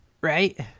Right